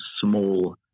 small